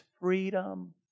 freedom